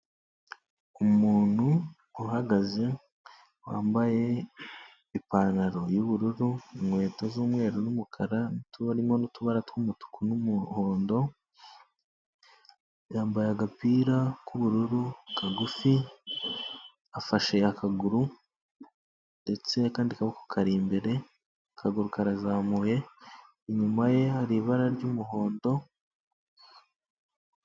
Umuntu uhagaze wambaye ipantaro y'ubururu, inkweto z'umweru n'umukara, turimo n'utubara tw'umutuku n'umuhondo, yambaye agapira k'ubururu kagufi, afashe akaguru ndetse akandi kaboko kari imbere, akaguru karazamuye inyuma ye hari ibara ry'umuhondo...